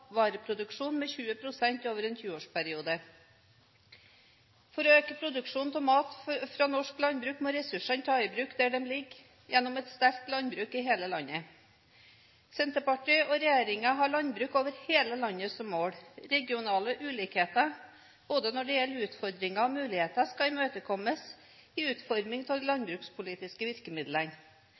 med 20 pst. over en 20-årsperiode. For å øke produksjonen av mat fra norsk landbruk må ressursene tas i bruk der de ligger, gjennom et sterkt landbruk i hele landet. Senterpartiet og regjeringen har landbruk over hele landet som mål. Regionale ulikheter, både utfordringer og muligheter, skal imøtekommes i utformingen av de landbrukspolitiske virkemidlene.